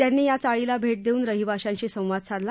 त्यांनी या चाळीला भेट देऊन रहिवाशांशी संवाद साधला